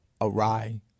awry